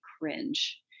cringe